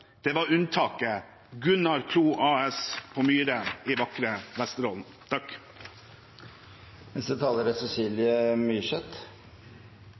det var unntaket – Gunnar Klo AS på Myre i vakre Vesterålen.